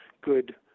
good